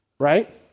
Right